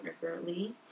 currently